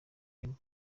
bridge